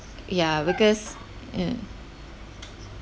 yeah because um